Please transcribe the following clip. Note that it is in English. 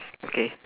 okay